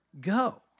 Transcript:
go